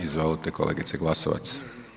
Izvolite kolegice Glasovac.